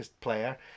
player